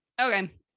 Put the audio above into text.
Okay